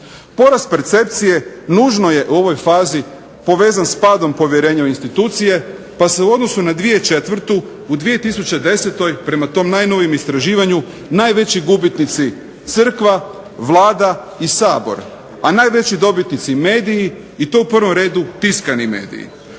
Porast percepcije nužno je u ovoj fazi povezan s padom povjerenja u institucije pa se u odnosu na 2004. u 2010. prema tom najnovijem istraživanju najveći gubitnici crkva, Vlada i Sabor, a najveći dobitnici mediji i to u prvom redu tiskani mediji.